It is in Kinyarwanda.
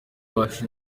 wacu